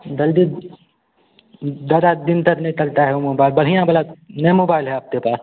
दलदी दादा दिन तक नहीं चलता है वह मोबाइल बढ़िया वाला यह मोबाइल है आपके पास